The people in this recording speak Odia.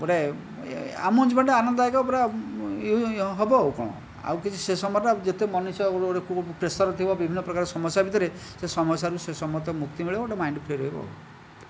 ଗୋଟିଏ ଆମ ଜୀବନଟା ଆନନ୍ଦଦାୟକ ପୂରା ହେବ ଆଉ କ'ଣ ଆଉ କିଛି ସେ ସମୟରେ ଆଉ ଯେତେ ମଣିଷ ବୋଲି ଗୋଟିଏ କେଉଁ ଗୋଟିଏ ପ୍ରେଶର୍ ଥିବ ବିଭିନ୍ନ ପ୍ରକାର ସମସ୍ୟା ଭିତରେ ସେ ସମସ୍ୟା ସେ ସମୟରେ ମୁକ୍ତି ମିଳିବ ଗୋଟିଏ ମାଇଣ୍ଡ ଫ୍ରି ରହିବ ଆଉ